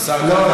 לא,